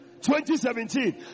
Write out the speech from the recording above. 2017